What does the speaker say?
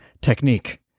technique